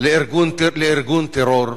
לארגון טרור,